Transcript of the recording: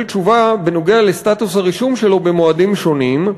תשובה בנוגע לסטטוס הרישום שלו במועדים שונים.